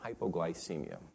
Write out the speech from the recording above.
hypoglycemia